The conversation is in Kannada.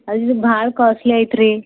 ಅಯ್ಯೋ ಭಾಳ ಕಾಸ್ಟ್ಲಿ ಐತ್ರೀ